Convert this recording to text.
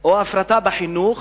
או הפרטה בחינוך